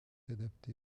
adapté